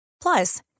Plus